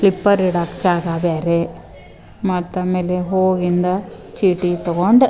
slipper ಇಡಾಕೆ ಜಾಗ ಬೇರೆ ಮತ್ತೆ ಆಮ್ಯಾಲೆ ಹೋಗಿಂದ ಚೀಟಿ ತಗೊಂಡು